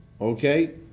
Okay